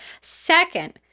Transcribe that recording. second